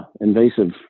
invasive